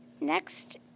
Next